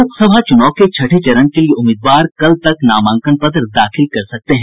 लोकसभा चुनाव के छठे चरण के लिए उम्मीदवार कल तक नामांकन पत्र दाखिल कर सकते हैं